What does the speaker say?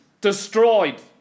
destroyed